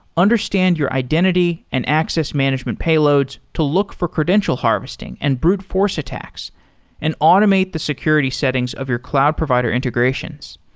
understand your identity and access management payloads to look for credential harvesting and brute force attacks and automate the security settings of your cloud provider integrations.